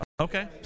Okay